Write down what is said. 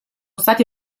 stati